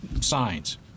signs